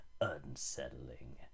unsettling